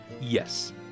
Yes